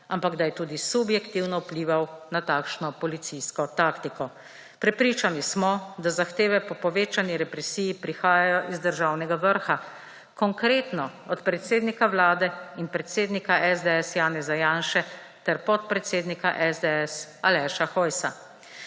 ampak da je tudi subjektivno vplival na takšno policijsko taktiko. Prepričani smo, da zahteve po povečani represiji prihajajo iz državnega vrha, konkretno od predsednika Vlade in predsednika SDS Janeza Janše ter podpredsednika SDS Aleša Hojsa.